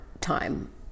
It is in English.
time